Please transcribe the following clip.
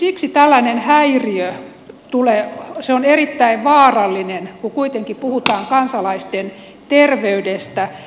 kun tällainen häiriö tulee se on erittäin vaarallinen kun kuitenkin puhutaan kansalaisten terveydestä